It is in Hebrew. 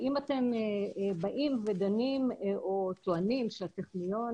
אם אתם באים ודנים או טוענים שהטכניון